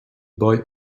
boy